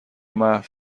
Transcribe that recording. محو